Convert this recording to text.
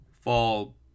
fall